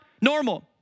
normal